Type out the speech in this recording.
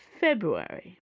February